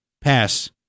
pass